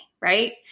right